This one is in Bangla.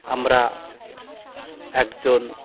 আমরা একজন